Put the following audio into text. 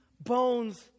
bones